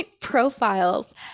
profiles